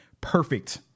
perfect